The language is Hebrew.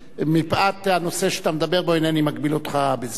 מפאת הנושא שאתה מדבר בו, אינני מגביל אותך בזמן,